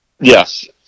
Yes